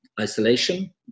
isolation